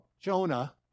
Jonah